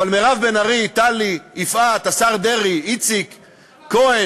אבל מירב בן ארי, טלי, יפעת, השר דרעי, איציק כהן.